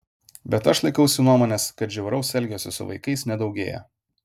bet aš laikausi nuomonės kad žiauraus elgesio su vaikais nedaugėja